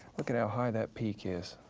look at how high that peak is.